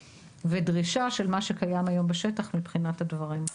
ודרישה של מה שקיים היום בשטח מבחינת הדברים.